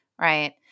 right